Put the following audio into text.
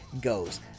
goes